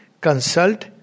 consult